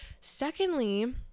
secondly